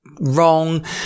wrong